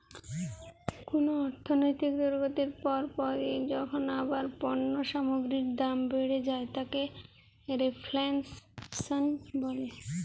কুনো অর্থনৈতিক দুর্গতির পর পরই যখন আবার পণ্য সামগ্রীর দাম বেড়ে যায় তাকে রেফ্ল্যাশন বলে